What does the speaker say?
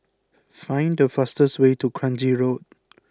find the fastest way to Kranji Road